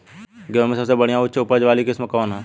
गेहूं में सबसे बढ़िया उच्च उपज वाली किस्म कौन ह?